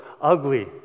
ugly